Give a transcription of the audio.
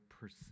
pursue